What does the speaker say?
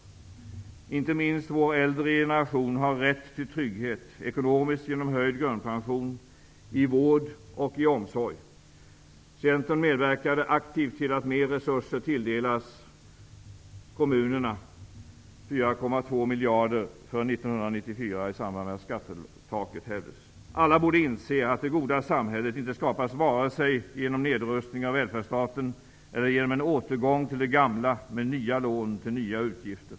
Inte minst vår äldre generation har rätt till trygghet; ekonomiskt genom höjd grundpension, i vård och i omsorg. Centern medverkade aktivt till att mer resurser tilldelas kommunerna -- 4,2 Alla borde inse att det goda samhället inte skapas vare sig genom en nedrustning av välfärdsstaten eller genom en återgång till det gamla, med nya lån till nya utgifter.